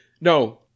No